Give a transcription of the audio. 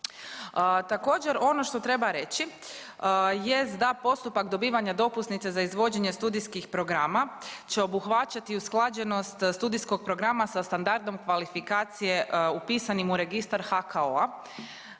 Također ono što treba reći jest da postupak dobivanja dopusnice za izvođenje studijskih programa će obuhvaćati usklađenost studijskog programa sa standardom kvalifikacije upisanim u registar HKO-a.